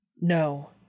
No